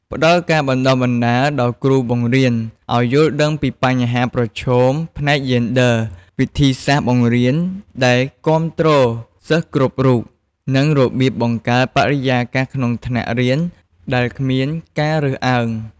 ផ្តល់ការបណ្តុះបណ្តាលដល់គ្រូបង្រៀនឱ្យយល់ដឹងពីបញ្ហាប្រឈមផ្នែកយេនឌ័រ វិធីសាស្រ្តបង្រៀនដែលគាំទ្រសិស្សគ្រប់រូប និងរបៀបបង្កើតបរិយាកាសក្នុងថ្នាក់រៀនដែលគ្មានការរើសអើង។